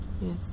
Yes